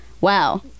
wow